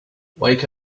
wake